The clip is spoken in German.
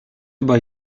über